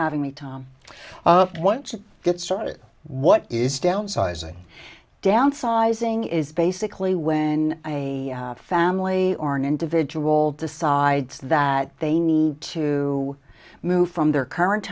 me time up once you get started what is downsizing downsizing is basically when a family or an individual decides that they need to move from their current